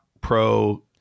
pro